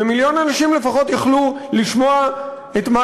ומיליון אנשים לפחות יכלו לשמוע את מה